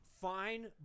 fine